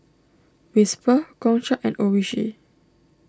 Whisper Gongcha and Oishi